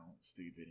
stupid